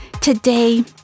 Today